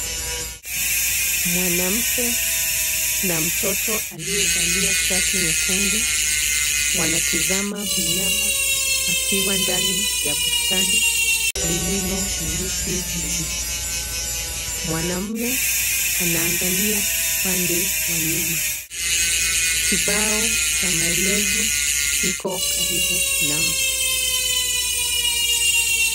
Mwanamke na mtoto aliyevalia shati nyekundu, wanatizama mnyama akiwa ndani ya bustani lililo na miti mingi. Mwanaume anaangalia pande wa nyuma. Kibao cha maelezo kiko karibu nao.